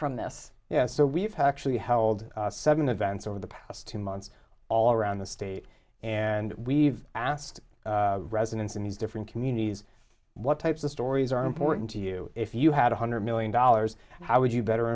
from this yes so we've had actually held seven events over the past two months all around the state and we've asked residents in these different communities what types of stories are important to you if you had one hundred million dollars how would you better